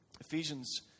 Ephesians